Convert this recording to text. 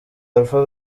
alpha